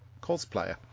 cosplayer